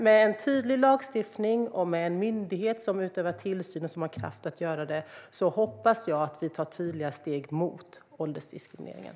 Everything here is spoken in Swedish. Med en tydlig lagstiftning och med en myndighet som utövar tillsyn och som har kraft att göra det hoppas jag att vi tar tydliga steg mot åldersdiskrimineringen.